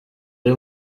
ari